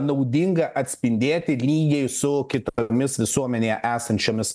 naudinga atspindėti lygiai su kitomis visuomenėje esančiomis